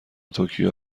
توکیو